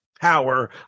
power